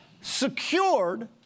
secured